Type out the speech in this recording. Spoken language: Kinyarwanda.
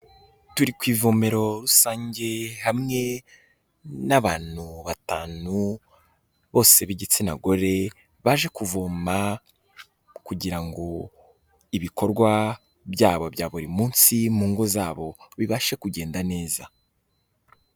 Turi ku ivomero rusange hamwe n'abantu batanu bose b'igitsina gore, baje kuvoma kugira ngo ibikorwa byabo bya buri munsi mu ngo zabo bibashe kugenda neza.